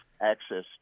access